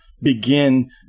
begin